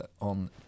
on